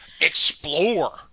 Explore